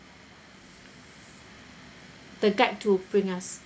the guide to bring us